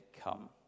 Come